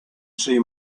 see